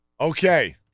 Okay